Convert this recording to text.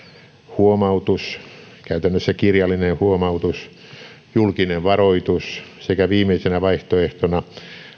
huomautus käytännössä kirjallinen huomautus ja julkinen varoitus sekä viimeisenä vaihtoehtona